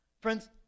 Friends